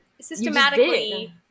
systematically